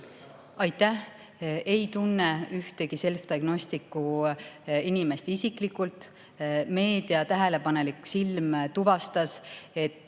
Ma ei tunne ühtegi Selfdiagnosticsi inimest isiklikult. Meedia tähelepanelik silm tuvastas, et